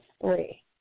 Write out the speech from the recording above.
three